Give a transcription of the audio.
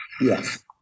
Yes